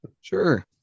Sure